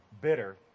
bitter